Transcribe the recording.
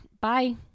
Bye